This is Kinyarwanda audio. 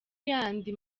yandi